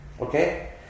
okay